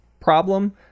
problem